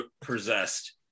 possessed